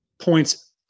points